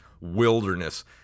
wilderness